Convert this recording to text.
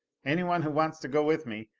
anyone who wants to go with me!